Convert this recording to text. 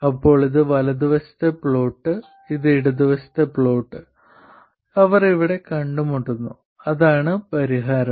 അപ്പോൾ ഇത് വലതുവശത്തെ പ്ലോട്ട് ഇത് ഇടതുവശത്തുള്ള പ്ലോട്ട് അവർ ഇവിടെ കണ്ടുമുട്ടുന്നു അതാണ് പരിഹാരം